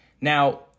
Now